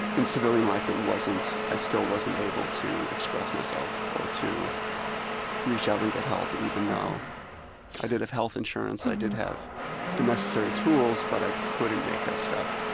in civilian life it wasn't i still wasn't able to express myself or to reach out and get help even though i did have health insurance, so i did have the necessary tools but i couldn't make that step.